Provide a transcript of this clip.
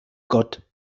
gott